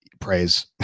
praise